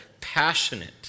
passionate